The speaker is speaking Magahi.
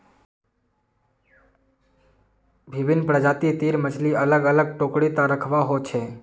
विभिन्न प्रजाति तीर मछली अलग अलग टोकरी त रखवा हो छे